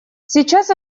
сейчас